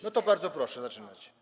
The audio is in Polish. No to bardzo proszę zaczynać.